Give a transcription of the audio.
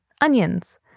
onions